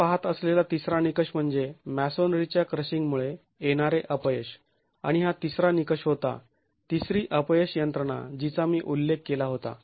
आपण पहात असलेला तिसरा निकष म्हणजे मॅसोनरीच्या क्रशिंगमुळे येणारे अपयश आणि हा तिसरा निकष होता तिसरी अपयश यंत्रणा जिचा मी उल्लेख केला होता